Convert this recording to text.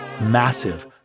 massive